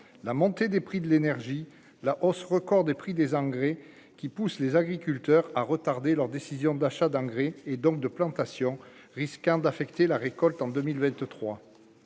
la montée des prix de l'énergie la hausse record des prix des engrais qui pousse les agriculteurs à retarder leurs décisions d'achat d'engrais et donc de plantations risquant d'affecter la récolte en 2023,